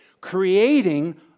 Creating